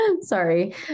sorry